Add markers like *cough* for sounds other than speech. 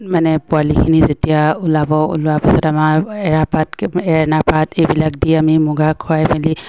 মানে পোৱালিখিনি যেতিয়া ওলাব ওলোৱাৰ পাছত আমাৰ এৰাপাত *unintelligible* পাত এইবিলাক দি আমি মুগাক খুৱাই মেলি